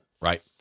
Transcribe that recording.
right